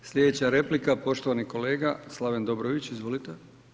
Sljedeća replika, poštovani kolega Slaven Dobrović, izvolite.